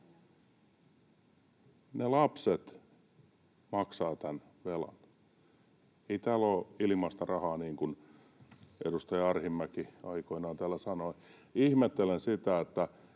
ne lapset maksavat tämän velan. Ei täällä ole ilmaista rahaa, niin kuin edustaja Arhinmäki aikoinaan täällä sanoi. Ihmettelen, että